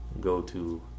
go-to